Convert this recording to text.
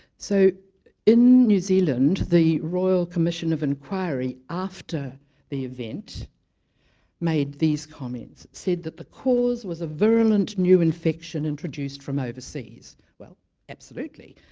so in new zealand, the royal commission of inquiry after the event made these comments said that the cause was a virulent new infection introduced from overseas well absolutely,